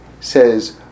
says